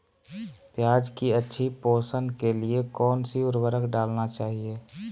प्याज की अच्छी पोषण के लिए कौन सी उर्वरक डालना चाइए?